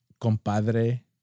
compadre